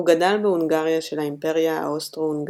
הוא גדל בהונגריה של האימפריה האוסטרו־הונגרית.